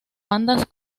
bandas